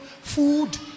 food